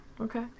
Okay